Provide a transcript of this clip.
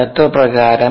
തത്വപ്രകാരം